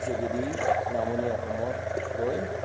যোগেদি নামনি অসমলৈ